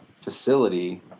facility